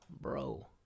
Bro